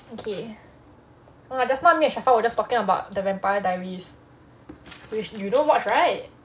okay oh just now me and sharfaa were talking about the vampire diaries which you don't watch right